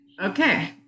okay